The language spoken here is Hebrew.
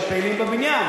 שפעילים בבניין,